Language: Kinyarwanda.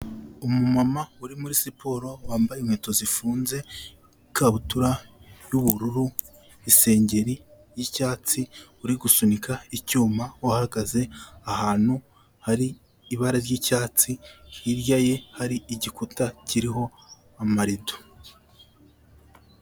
Umu mama uri muri siporo wambaye inkweto zifunze ikabutura y’ubururu isengeri y’icyatsi uri gusunika icyuma wahagaze ahantu hari ibara ry'icyatsi hirya ye hari igikuta kiriho amarido.